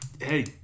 Hey